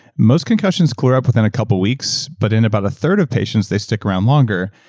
most concussions clear up within a couple weeks, but in about a third of patients they stick around longer.